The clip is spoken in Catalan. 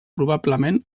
probablement